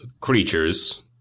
creatures